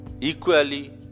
equally